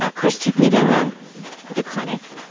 ah chris took me to the the clinic,